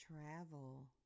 travel